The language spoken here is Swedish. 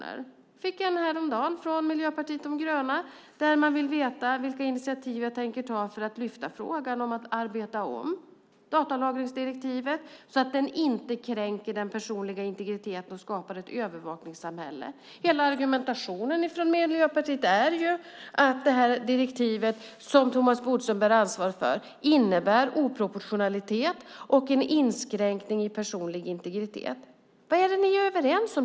Jag fick en häromdagen från Miljöpartiet de gröna där man vill veta vilka initiativ jag tänker ta för att lyfta fram frågan om att arbeta om datalagringsdirektivet så att det inte kränker den personliga integriteten och skapar ett övervakningssamhälle. Hela argumentationen från Miljöpartiet är ju att det direktiv som Thomas Bodström bär ansvar för innebär oproportionalitet och en inskränkning i personlig integritet. Vad är ni överens om?